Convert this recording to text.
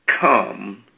come